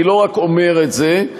אני לא רק אומר את זה,